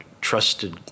trusted